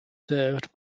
served